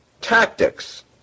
tactics